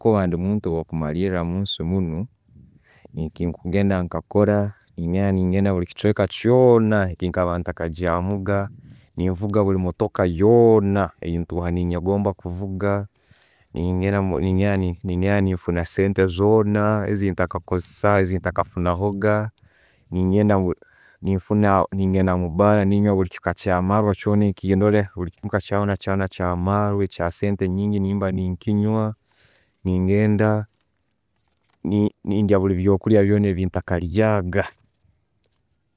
Kuba ndimuntu wo'kumalira munsi munu, ekikikugenda nkakora, nengenda buli kichweka kyona, kyekaba ntakagyagamuga, nenvuga buli mootoka yoona engyetuha nenegomba kuvuga, nengenda nefuna sente zona zentakozesaga, zentakafunahoga, ningenda omubaara ninyowe buli kika ekya marwa kyona ekyasente nyingi nimba nenkinywa. Nengenda nendya ebyokulya byona byentakalyaga.